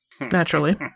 Naturally